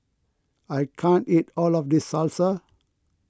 I can't eat all of this Salsa